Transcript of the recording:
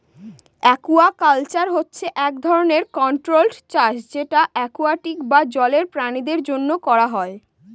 aquaculture হচ্ছে এক ধরনের কন্ট্রোল্ড চাষ যেটা একুয়াটিক বা জলের প্রাণীদের জন্য করা হয়